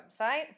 website